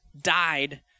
died